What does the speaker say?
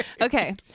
Okay